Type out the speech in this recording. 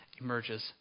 emerges